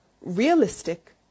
realistic